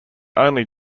only